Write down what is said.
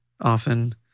often